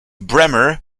bremer